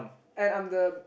and I'm the